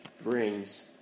brings